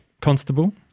Constable